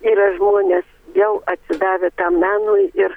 yra žmonės jau atsidavę tam menui ir